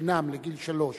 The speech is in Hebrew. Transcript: וחינם לגיל שלוש,